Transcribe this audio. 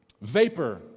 vapor